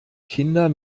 kinder